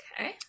Okay